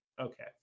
Okay